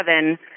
seven